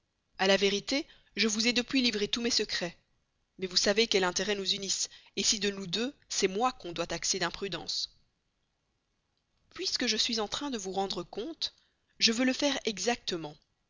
a la vérité je vous ai depuis livré tous mes secrets mais vous savez quels intérêts nous unissent si de nous deux c'est moi qu'on doit taxer d'imprudence puisque je suis en train de vous rendre compte je veux le faire exactement